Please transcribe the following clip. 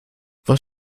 was